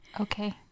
Okay